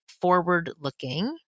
forward-looking